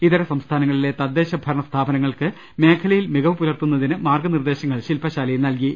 ഇതര സംസ്ഥാനങ്ങളിലെ തദ്ദേശഭരണ സ്ഥാപനങ്ങൾക്ക് മേഖലയിൽ മികവു പുലർത്തുന്നതിന് മാർഗ്ഗനിർദേശങ്ങൾ ശിൽപ്പശാലയിൽ നൽകി